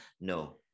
No